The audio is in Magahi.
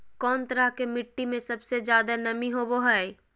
कौन तरह के मिट्टी में सबसे जादे नमी होबो हइ?